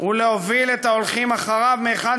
הוא להוביל את ההולכים אחריו מהיכן